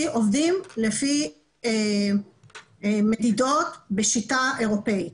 - עובדים לפי מדידות בשיטה אירופאית.